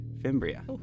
Fimbria